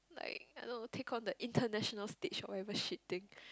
like I don't know take on the international stage or whatever shit thing